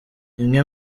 imwe